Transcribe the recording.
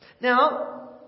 Now